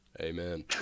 Amen